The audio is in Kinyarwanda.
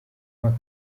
mpaka